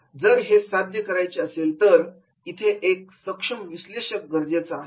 जर हे साध्य करायचे असेल तर इथे एका सक्षम विश्लेषक गरजेचा आहे